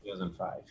2005